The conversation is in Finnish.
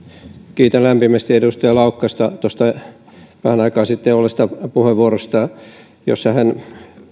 kiitän lämpimästi edustaja laukkasta tuosta vähän aikaa sitten olleesta puheenvuorosta jossa hän